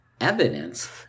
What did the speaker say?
evidence